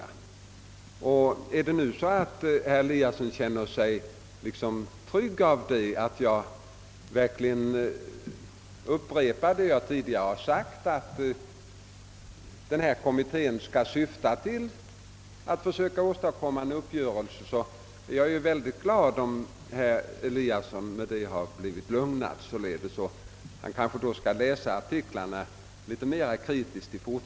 Om emellertid herr Eliasson i Moholm verkligen skulle känna sig tryggare om jag upprepade vad jag en gång sagt, nämligen att denna kommitté syftar till att försöka åstadkomma en uppgörelse, så skall jag gärna göra det. Jag hoppas att herr Eliasson därmed i fortsättningen kommer att läsa tidningsartiklar litet mer kritiskt.